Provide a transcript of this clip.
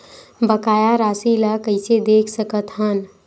बकाया राशि ला कइसे देख सकत हान?